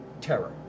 terror